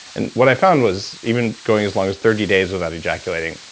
and what i found was even going as long as thirty days without ejaculating.